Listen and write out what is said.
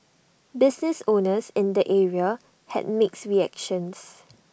business owners in the area had mixed reactions